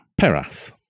Peras